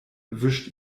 wischt